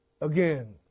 again